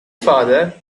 father